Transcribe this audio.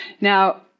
Now